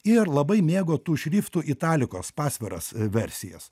ir labai mėgo tų šriftų italikos pasviras e versijas